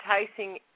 enticing